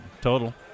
Total